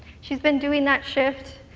she has been doing that shift,